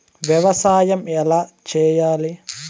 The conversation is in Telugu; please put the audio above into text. వ్యవసాయం ఎలా చేయాలి?